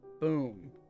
boom